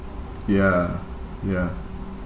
ya ya